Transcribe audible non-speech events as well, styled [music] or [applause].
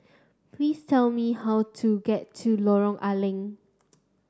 please tell me how to get to Lorong [unintelligible] Leng